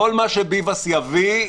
כל מה שביבס יביא,